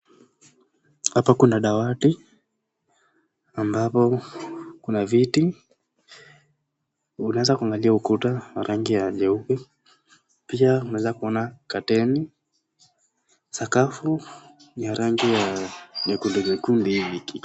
Hapa kuna dawati ambapo kuna viti. Unaweza kuangalia ukuta wa rangi ya nyeupe pia unaweza kuona curtain .Sakafu ni ya rangi ya nyekundu nyekundu hivi.